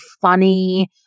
funny